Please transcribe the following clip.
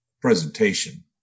presentation